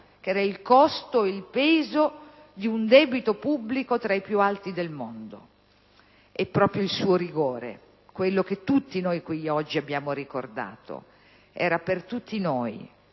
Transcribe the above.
che era il costo, il peso di un debito pubblico tra i più alti del mondo. E proprio il suo rigore, quello che tutti noi qui oggi abbiamo ricordato, era ed è ancora